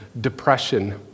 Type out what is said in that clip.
depression